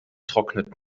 trocknet